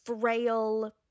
frail